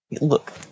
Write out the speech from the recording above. look